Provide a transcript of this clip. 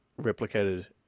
replicated